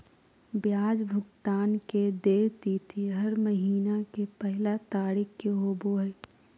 ब्याज भुगतान के देय तिथि हर महीना के पहला तारीख़ के होबो हइ